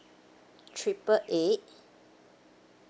triple eight